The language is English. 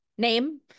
name